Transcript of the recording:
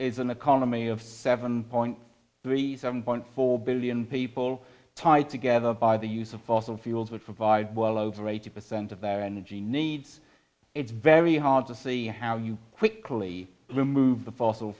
is an economy of seven point three seven point four billion people tied together by the use of fossil fuels which provide well over eighty percent of their energy needs it's very hard to see how you quickly remove the f